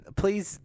please